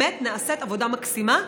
באמת נעשית עבודה מקסימה.